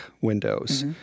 windows